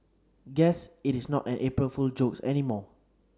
guess it is not an April Fool's joke anymore